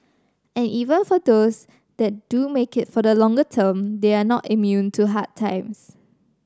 and even for those that do make it for the longer term they are not immune to hard times